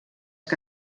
que